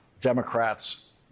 Democrats